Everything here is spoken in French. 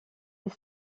les